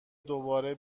دوباره